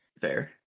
Fair